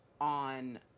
on